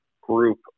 group